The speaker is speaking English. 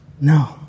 No